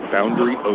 Boundary